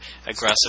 aggressive